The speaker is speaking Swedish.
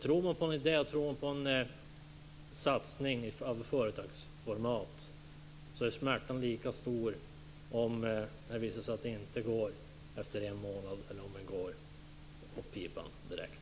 Tror man på en idé och på en satsning av företagsformat, så är smärtan lika stor om det visar sig att det inte går efter en månad som om det går åt pipan direkt.